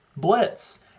Blitz